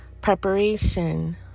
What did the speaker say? preparation